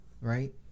right